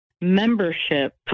membership